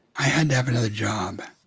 had to have another job.